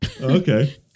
Okay